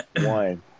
one